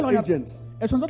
agents